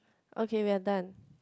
okay we are done